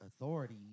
authority